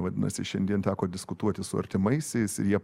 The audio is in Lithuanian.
vadinasi šiandien teko diskutuoti su artimaisiais jie